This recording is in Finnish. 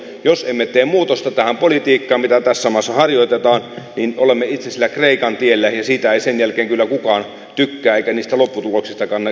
jos emme tee muutosta tähän politiikkaan mitä tässä maassa harjoitetaan niin olemme itse sillä kreikan tiellä ja siitä ei sen jälkeen kyllä kukaan tykkää eikä niistä lopputuloksista kanneta hyviä hedelmiä